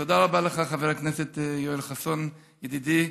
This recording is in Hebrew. תודה רבה לך, חבר הכנסת יואל חסון, ידידי,